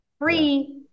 free